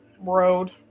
road